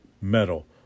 metal